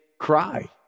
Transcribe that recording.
cry